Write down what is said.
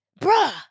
Bruh